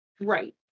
Right